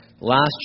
Last